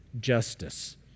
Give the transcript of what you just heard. justice